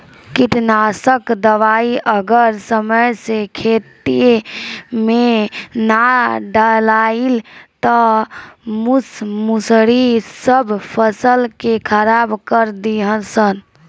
कीटनाशक दवाई अगर समय से खेते में ना डलाइल त मूस मुसड़ी सब फसल के खराब कर दीहन सन